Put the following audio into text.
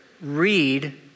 Read